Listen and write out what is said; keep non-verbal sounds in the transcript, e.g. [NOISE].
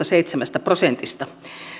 [UNINTELLIGIBLE] seitsemästä prosentista